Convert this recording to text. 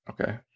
Okay